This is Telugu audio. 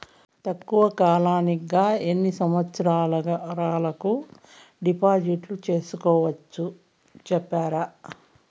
తక్కువ కాలానికి గా ఎన్ని సంవత్సరాల కు డిపాజిట్లు సేసుకోవచ్చు సెప్తారా